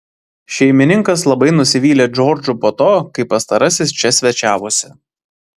šeimininkas labai nusivylė džordžu po to kai pastarasis čia svečiavosi